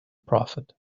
prophet